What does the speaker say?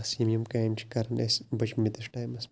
بَس یِم یِم کامہِ چھِ کَرٕنۍ اَسہِ بٔچمٕتِس ٹایمَس